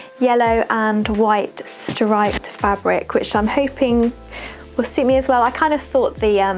yellow and white striped fabric, which i'm hoping will suit me as well. i kind of thought the